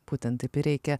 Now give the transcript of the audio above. būtent taip ir reikia